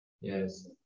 Yes